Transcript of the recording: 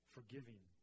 Forgiving